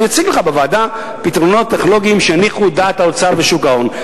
אני אציג לך בוועדה פתרונות טכנולוגיים שיניחו את דעת האוצר ושוק ההון.